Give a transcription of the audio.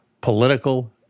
political